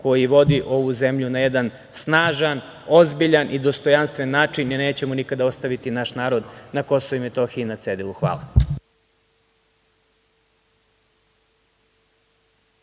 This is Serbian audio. koji vodi ovu zemlju na jedan snažan, ozbiljan i dostojanstven način, i nećemo nikada ostaviti naš narod na KiM na cedilu. Hvala.